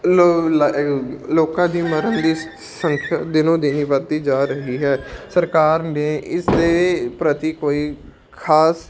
ਲੋਕਾਂ ਦੀ ਮਰਨ ਦੀ ਸੰਖਿਆ ਦਿਨੋ ਦਿਨ ਹੀ ਵੱਧਦੀ ਜਾ ਰਹੀ ਹੈ ਸਰਕਾਰ ਨੇ ਇਸਦੇ ਪ੍ਰਤੀ ਕੋਈ ਖਾਸ